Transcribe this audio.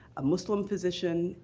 a muslim physician.